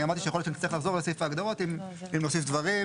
אני אמרתי שיכול להיות שנצטרך לחזור לסעיף ההגדרות אם נוסיף דברים.